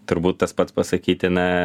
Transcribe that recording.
turbūt tas pats pasakytina